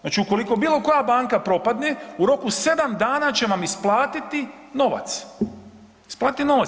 Znači, ukoliko bilo koja banka propadne, u roku 7 dana će vam isplatiti novac, isplatiti novac.